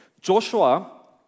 Joshua